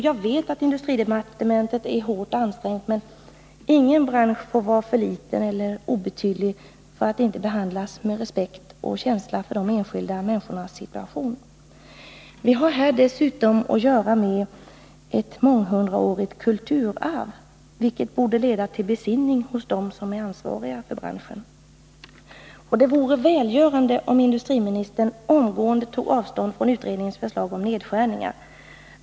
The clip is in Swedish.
Jag vet att industridepartementet är hårt ansträngt, men ingen bransch får anses för liten eller Om den manuella för obetydlig för att inte behandlas med respekt och känsla för de enskilda — glasindustrin människornas situation. Dessutom har vi här att göra med ett månghundraårigt kulturarv, vilket borde leda till besinning bland de för branschen ansvariga. Det vore välgörande om industriministern omedelbart toge avstånd från utredningens förslag om nedskärningar.